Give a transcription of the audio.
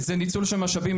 זה ניצול של משאבים,